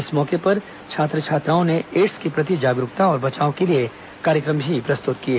इस मौके पर छात्र छात्राओं ने एड़स के प्रति जागरूकता और बचाव के लिए कार्यक्रम भी प्रस्तुत किए